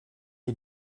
est